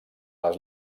les